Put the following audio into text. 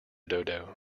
dodo